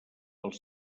els